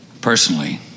Personally